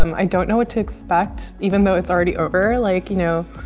um i don't know what to expect, even though it's already over. like, you know,